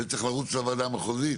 וצריך לרוץ לוועדה המחוזית?